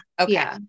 Okay